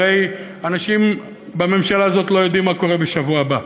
הרי אנשים בממשלה הזאת לא יודעים מה קורה בשבוע הבא,